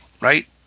Right